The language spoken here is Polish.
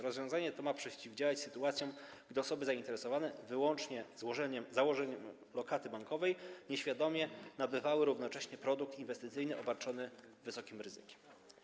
Rozwiązanie to ma przeciwdziałać takim sytuacjom, że osoby zainteresowane wyłącznie założeniem lokaty bankowej nieświadomie nabywały równocześnie produkt inwestycyjny obarczony wysokim ryzykiem.